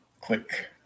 Click